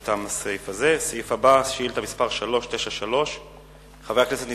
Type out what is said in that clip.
ביום י"ז בחשוון התש"ע (4 בנובמבר 2009): קיימת בערים תופעה של כלי-רכב